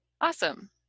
awesome